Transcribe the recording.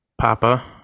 Papa